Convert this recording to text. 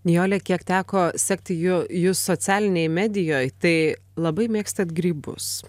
nijole kiek teko sekti ju jus socialinėj medijoj tai labai mėgstat grybus